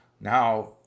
Now